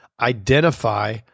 identify